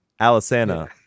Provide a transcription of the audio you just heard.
Alisana